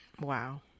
Wow